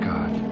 God